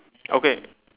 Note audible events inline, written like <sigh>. <noise> okay